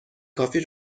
کافی